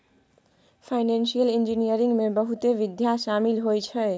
financial engineering में बहुते विधा शामिल होइ छै